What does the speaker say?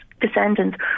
descendants